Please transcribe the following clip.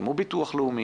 שילמו לביטוח הלאומי,